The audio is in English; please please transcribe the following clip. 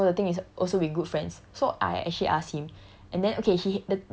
ya lah okay so the thing is also we good friends so I actually asked him